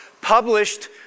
published